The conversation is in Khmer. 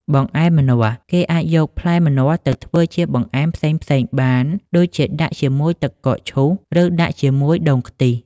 បង្អែមម្នាស់ គេអាចយកផ្លែម្នាស់ទៅធ្វើជាបង្អែមផ្សេងៗបាន ដូចជាដាក់ជាមួយទឹកកកឈូស ឬដាក់ជាមួយដូងខ្ទិះ។